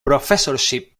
professorship